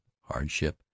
hardship